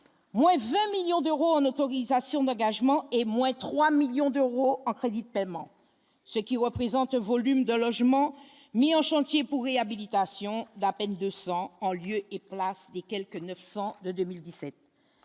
moi 20 millions d'euros en autorisation d'engagement et moins 3 millions d'euros accrédite paiement, ce qui représente un volume de logements mis en chantier pour réhabilitation d'à peine 200 en lieu et place des quelque 9. De 2017